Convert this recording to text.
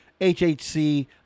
HHC